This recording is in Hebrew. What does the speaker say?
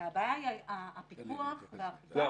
אלא הבעיה היא פיקוח ושמירה על הזכויות שלהם.